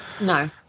No